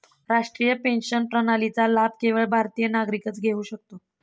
राष्ट्रीय पेन्शन प्रणालीचा लाभ केवळ भारतीय नागरिकच घेऊ शकतो